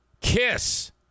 Kiss